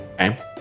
Okay